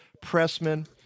Pressman